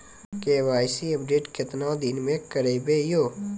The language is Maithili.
के.वाई.सी अपडेट केतना दिन मे करेबे यो?